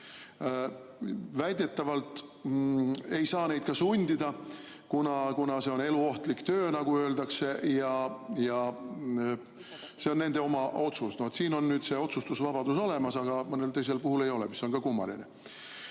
Väidetavalt ei saa neid sundida, kuna see on eluohtlik töö, nagu öeldakse, ja see on nende oma otsus. Siin on nüüd see otsustusvabadus olemas, aga mõnel teisel puhul ei ole, mis on kummaline.